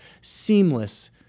seamless